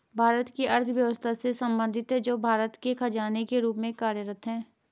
भारत की अर्थव्यवस्था से संबंधित है, जो भारत के खजाने के रूप में कार्यरत है